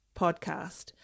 podcast